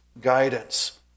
guidance